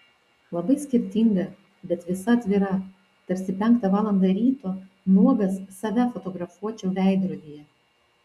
labai skirtinga bet visa atvira tarsi penktą valandą ryto nuogas save fotografuočiau veidrodyje